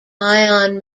ion